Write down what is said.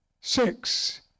Six